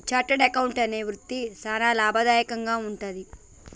chartered accountant అనే వృత్తి సానా లాభదాయకంగా వుంటది